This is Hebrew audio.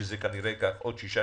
שזה כנראה ייקח עוד 6,